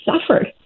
suffered